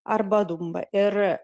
arba dumba ir